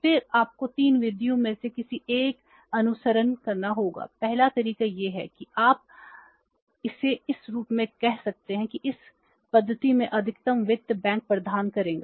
फिर आपको 3 विधियों में से किसी एक का अनुसरण करना होगा पहला तरीका यह है कि क्या आप इसे इस रूप में कह सकते हैं कि इस पद्धति में अधिकतम वित्त बैंक प्रदान करेंगे